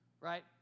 Right